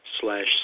slash